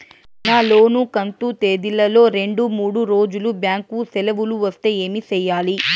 నా లోను కంతు తేదీల లో రెండు మూడు రోజులు బ్యాంకు సెలవులు వస్తే ఏమి సెయ్యాలి?